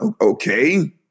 okay